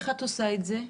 איך את עושה את זה.